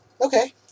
Okay